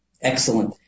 Excellent